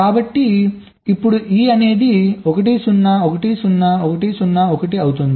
కాబట్టి ఇప్పుడు e 1 0 1 0 1 0 1 అవుతుంది